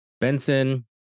Benson